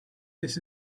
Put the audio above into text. this